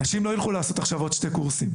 אנשים לא ילכו לעשות עוד שני קורסים.